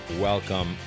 welcome